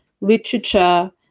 literature